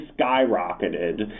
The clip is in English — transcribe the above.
skyrocketed